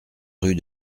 rue